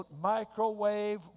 microwave